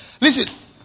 listen